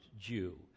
Jew